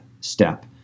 step